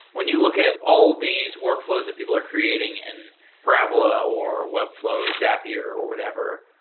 when you look at all these workfl ows that people are creating in parabola, or webfl ow, or zapier, or whatever,